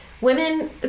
women